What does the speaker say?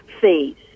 fees